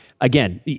again